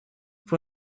fué